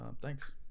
thanks